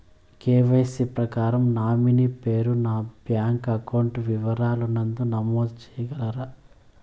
KYC ప్రకారం nominee పేరు ను బ్యాంకు అకౌంట్ వివరాల నందు నమోదు సేయగలరా?